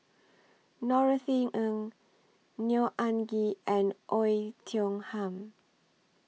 Norothy Ng Neo Anngee and Oei Tiong Ham